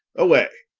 away.